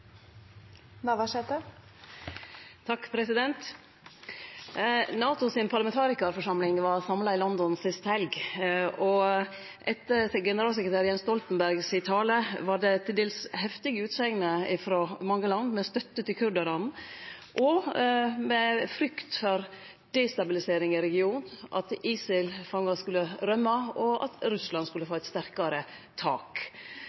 Navarsete – til oppfølgingsspørsmål. NATOs parlamentarikarforsamling var samla i London sist helg, og etter talen til generalsekretær Jens Stoltenberg var det til dels heftige utsegner frå mange land – med støtte til kurdarane og med frykt for destabilisering i regionen, at ISIL-fangar skulle rømme, og at Russland skulle få eit sterkare tak.